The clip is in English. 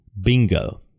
Bingo